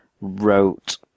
wrote